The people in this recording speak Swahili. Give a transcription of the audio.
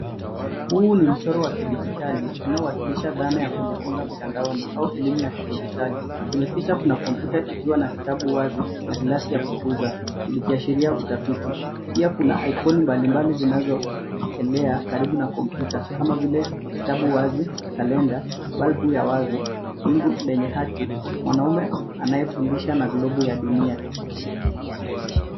Huu ni mchoro wa kidijitali unaowakilisha dhana ya kujifunza mtandaoni au elimu ya kidijitali. Kwenye picha kuna kompyuta ikiwa na kitabu wazi ya glasi ya kupuza likiashiria utafiti. Pia kuna ikoni mbalimbali zinazoelea karibu na kopyuta kama vile kitabu wazi, kalenda, balbu ya wazo ,wingu lenye hati. Mwanaume anayefundisha na globu ya dunia.